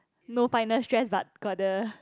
no final stress but got the